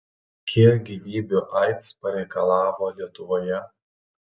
kiek gyvybių aids pareikalavo lietuvoje